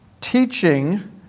teaching